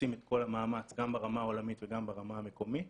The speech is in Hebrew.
עושים את כל המאמץ גם ברמה העולמית וגם ברמה המקומית.